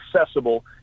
accessible